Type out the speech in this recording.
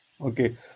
Okay